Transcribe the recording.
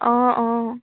অঁ অঁ